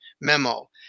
memo